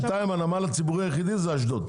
בינתיים הנמל הציבורי היחיד זה אשדוד.